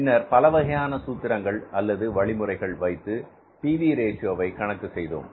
பின்னர் பலவகையான சூத்திரங்கள் அல்லது வழிமுறைகள் வைத்து பி வி ரேஷியோவை கணக்கு செய்தோம்